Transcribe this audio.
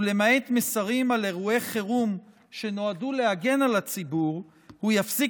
ולמעט מסרים על אירועי חירום שנועדו להגן על הציבור הוא יפסיק